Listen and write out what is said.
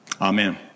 Amen